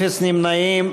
אפס נמנעים.